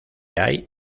hay